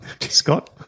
Scott